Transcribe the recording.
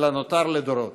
אלא נותר לדורות.